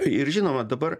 ir žinoma dabar